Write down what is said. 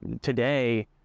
today